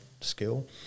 skill